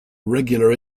regular